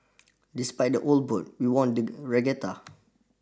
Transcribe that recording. despite the old boat we won the regatta